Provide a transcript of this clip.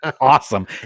awesome